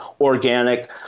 organic